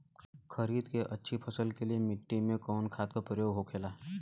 खरीद के अच्छी फसल के लिए मिट्टी में कवन खाद के प्रयोग होखेला?